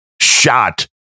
shot